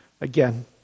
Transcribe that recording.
again